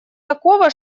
такого